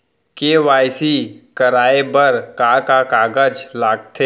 KYC कराये बर का का कागज लागथे?